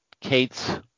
Kate's